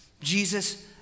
Jesus